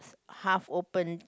half opened